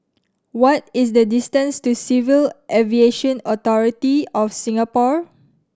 what is the distance to Civil Aviation Authority of Singapore